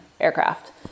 aircraft